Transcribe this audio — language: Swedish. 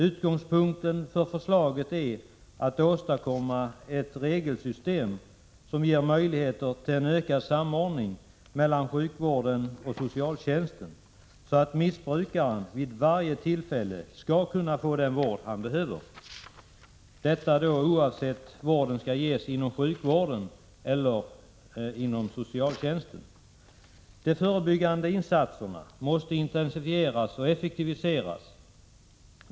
Utgångspunkten för förslaget är att åstadkomma ett regelsystem som ger möjligheter till en ökad samordning mellan sjukvården och socialtjänsten, så att missbrukaren vid varje tillfälle skall kunna få den vård han behöver, oavsett om vården skall ges inom sjukvården eller inom socialtjänsten. De förebyggande insatserna måste intensifieras och effektiviseras.